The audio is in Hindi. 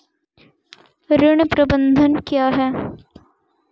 ऋण प्रबंधन क्या है?